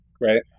right